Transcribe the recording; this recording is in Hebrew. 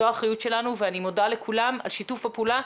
זו האחריות שלנו ואני מודה לכולם על שיתוף הפעולה.